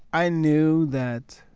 i knew that